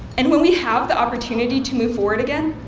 and when we have the opportunity to move forward again,